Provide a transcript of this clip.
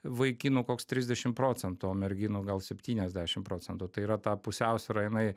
vaikinų koks trisdešim procentų o merginų gal septyniasdešim procentų tai yra ta pusiausvyra jinai